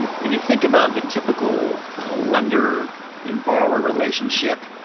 and when you think about the typical lender and borrower relationship,